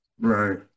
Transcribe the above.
Right